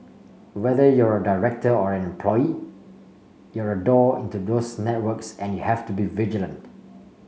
whether you're a director or an employee you're a door into those networks and you have to be vigilant